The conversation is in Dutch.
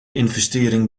investering